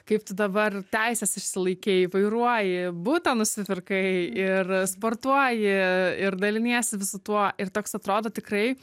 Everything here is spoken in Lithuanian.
kaip tu dabar teises išsilaikei vairuoji butą nusipirkai ir sportuoji ir daliniesi visu tuo ir toks atrodo tikrai